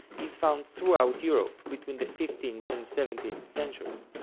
is found throughout europe between the fifteenth and seventeenth centuries.